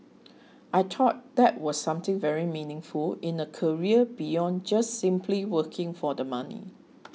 I thought that was something very meaningful in a career beyond just simply working for the money